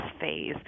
phase